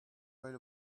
write